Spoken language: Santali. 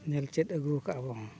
ᱧᱮᱞ ᱪᱮᱫ ᱟᱹᱜᱩ ᱟᱠᱟᱫᱼᱟᱵᱚᱱ